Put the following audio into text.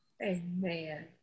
Amen